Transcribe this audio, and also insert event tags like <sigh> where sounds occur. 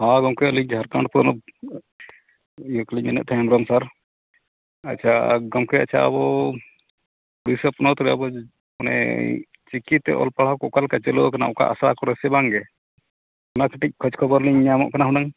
ᱦᱮᱸ ᱜᱚᱢᱠᱮ ᱟᱹᱞᱤᱧ ᱡᱷᱟᱲᱠᱷᱚᱸᱰ ᱯᱚᱱᱚᱛ ᱤᱭᱟᱹ ᱠᱷᱚᱱᱞᱤᱧ ᱢᱮᱱᱮᱫ ᱛᱟᱦᱮᱱ <unintelligible> ᱜᱚᱢᱠᱮ ᱟᱪᱪᱷᱟ ᱟᱵᱚ ᱳᱲᱤᱥᱟ ᱯᱚᱱᱚᱛ ᱨᱮ ᱟᱵᱚ ᱢᱟᱱᱮ ᱪᱤᱠᱤᱛᱮ ᱚᱞ ᱯᱟᱲᱦᱟᱣ ᱠᱚ ᱚᱠᱟ ᱞᱮᱠᱟ ᱪᱟᱹᱞᱩ ᱠᱟᱱᱟ ᱚᱠᱟ ᱟᱥᱲᱟ ᱠᱚᱨᱮ ᱥᱮ ᱵᱟᱝ ᱜᱮ ᱚᱱᱟ ᱠᱟᱹᱴᱤᱡ ᱠᱷᱚᱡᱽ ᱠᱷᱚᱵᱚᱨ ᱞᱤᱧ ᱧᱟᱢᱚᱜ ᱠᱟᱱᱟ ᱦᱩᱱᱟᱹᱝ